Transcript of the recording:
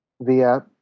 via